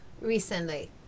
recently